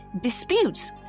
disputes